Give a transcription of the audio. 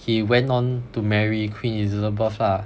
he went on to marry Queen Elizabeth ah